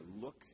Look